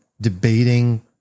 debating